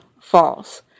false